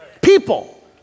People